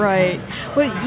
Right